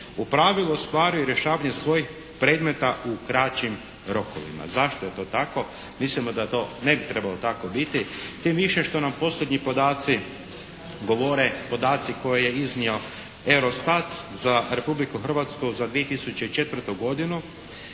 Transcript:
u pravilu ostvaruju rješavanje svojih predmeta u kraćim rokovima. Zašto je to tako? Mislimo da to ne bi trebalo tako biti, tim više što nam posljednji podaci govore, podaci koje je iznio EUROSTAT za Republiku Hrvatsku za 2004. godinu,